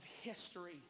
history